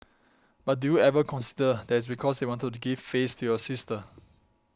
but do you ever consider that it's because they wanted to give face to your sister